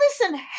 listen